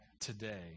today